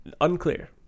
Unclear